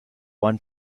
one